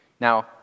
Now